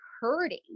hurting